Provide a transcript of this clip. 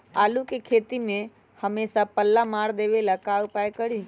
आलू के खेती में हमेसा पल्ला मार देवे ला का उपाय करी?